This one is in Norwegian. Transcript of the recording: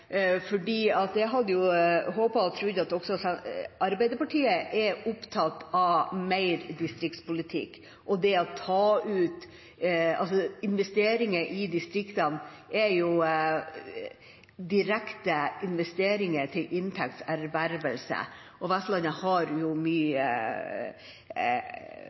jeg hadde håpet og trodd at også Arbeiderpartiet er opptatt av mer distriktspolitikk. Investeringer i distriktene er jo direkte investeringer til inntekts ervervelse, og Vestlandet eksporterer jo mye